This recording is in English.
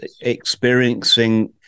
experiencing